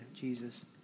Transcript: Jesus